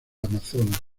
amazonas